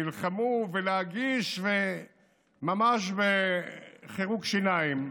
נלחם להגיש ממש בחירוק שיניים,